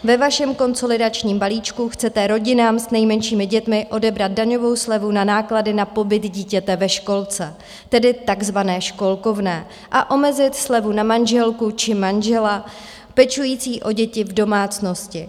Ve vašem konsolidačním balíčku chcete rodinám s nejmenšími děti odebrat daňovou slevu na náklady na pobyt dítěte ve školce, tedy takzvané školkovné, a omezit slevu na manželku či manžela pečující o děti v domácnosti.